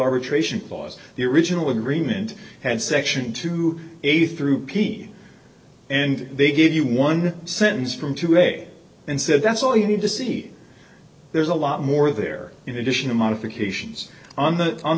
arbitration clause the original agreement had section two a through p and they gave you one sentence from today and said that's all you need to see there's a lot more there in addition to modifications on the on